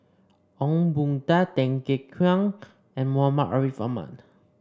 Ong Boon Tat Tan Kek Hiang and Muhammad Ariff Ahmad